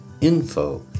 info